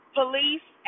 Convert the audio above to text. police